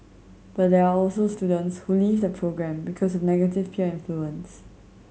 but there are also students who leave the programme because of negative peer influence